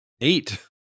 eight